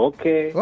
Okay